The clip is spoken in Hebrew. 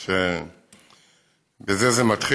אני חושב שבזה זה מתחיל,